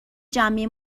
جمعی